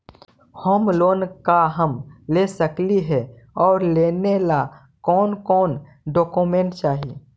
Home loan का हम ले सकली हे, और लेने ला कोन कोन डोकोमेंट चाही?